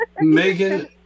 Megan